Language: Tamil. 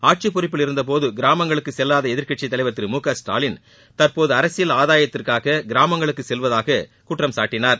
ஆட்சி பொறுப்பில் இருந்தபோது கிராமங்களுக்கு செல்வாத எதிர்க்கட்சித்தலைவர் திரு மு க ஸ்டாலின் தற்போது அரசியல் ஆதாயத்திற்காக கிராமங்களுக்கு செல்வதாக குற்றம் சாட்டினார்